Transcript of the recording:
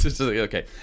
okay